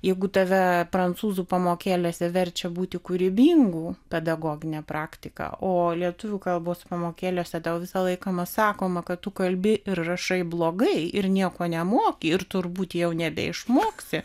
jeigu tave prancūzų pamokėlėse verčia būti kūrybingu pedagogine praktika o lietuvių kalbos pamokėlėse tau visą laiką sakoma kad tu kalbi ir rašai blogai ir nieko nemoki ir turbūt jau nebeišmoksi